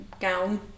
gown